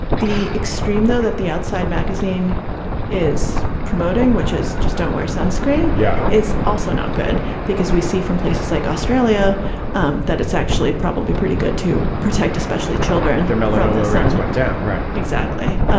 the extreme though that the outside magazine is promoting which is just don't wear sunscreen. yeah it's also not bad because we see from places like australia um that it's actually probably pretty good to protect especially children their miller um went down. right. exactly.